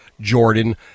Jordan